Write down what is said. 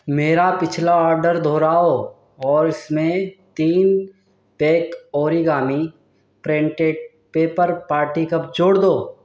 میرا پچھلا آڈر دہراؤ اور اس میں تین pack origami printed paper party cup جوڑ دو